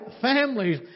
families